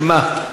שמה?